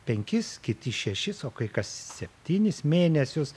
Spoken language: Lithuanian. penkis kiti šešis o kai kas septynis mėnesius